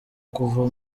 kuva